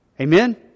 Amen